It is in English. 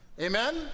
Amen